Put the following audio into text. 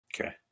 Okay